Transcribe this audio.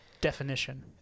Definition